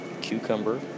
Cucumber